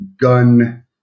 gun